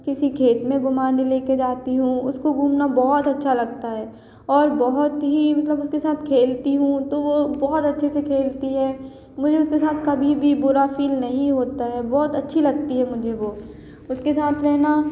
किसी खेत में घुमान लेकर जाती हूँ उसको घूमना बहुत अच्छा लगता है और बहुत ही मतलब उसके साथ खेलती हूँ तो वह बहुत अच्छे से खेलती है मुझे उसके साथ कभी भी बुरा फील नहीं होता है बहुत अच्छी लगती है मुझे वह उसके साथ रहना